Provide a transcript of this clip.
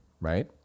right